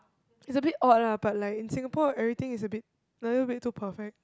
it's a bit odd lah but like in Singapore everything is a bit a little bit too perfect